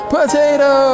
Potato